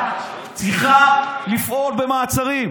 היא צריכה לפעול במעצרים.